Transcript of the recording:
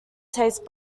taste